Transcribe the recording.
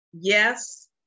yes